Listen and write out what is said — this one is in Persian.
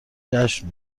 جشن